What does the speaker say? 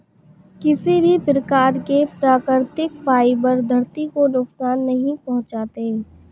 किसी भी प्रकार के प्राकृतिक फ़ाइबर धरती को नुकसान नहीं पहुंचाते